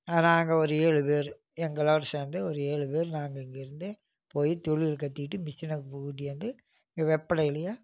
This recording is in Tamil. நாங்கள் ஒரு ஏழு பேர் எங்களோடு சேர்ந்து ஒரு ஏழு பேர் நாங்கள் இங்கேருந்து போய் தொழில் கற்றுக்கிட்டு மிஷினை கூட்டியாந்து இங்கே வெப்படையிலேயே